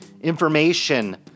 information